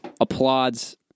applauds